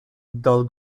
dull